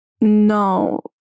no